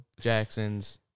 Jackson's